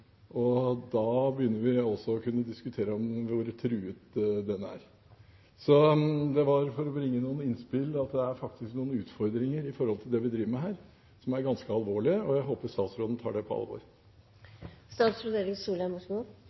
Og da begynner vi også å kunne diskutere hvor truet den er – dette for å bringe inn noen innspill om at det faktisk er noen utfordringer ved det vi driver med her, som er ganske alvorlige. Jeg håper statsråden tar det på